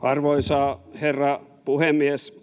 Arvoisa herra puhemies!